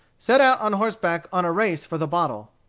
set out on horseback on a race for the bottle.